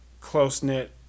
close-knit